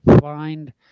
find